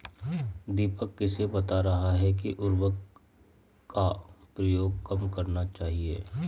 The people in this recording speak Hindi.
दीपक किसे बता रहा था कि उर्वरक का प्रयोग कम करना चाहिए?